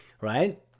right